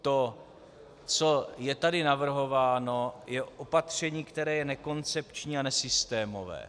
To, co je tady navrhováno, je opatření, které je nekoncepční a nesystémové.